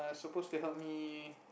suppose to help me